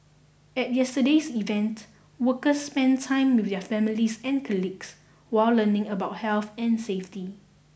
at yesterday's event workers spent time with their families and colleagues while learning about health and safety